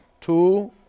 Two